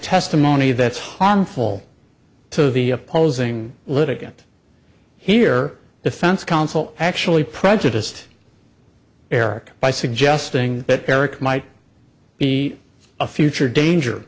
testimony that's harmful to the opposing litigant here defense counsel actually prejudiced eric by suggesting that eric might be a future